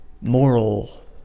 moral